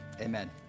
Amen